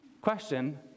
Question